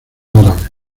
árabes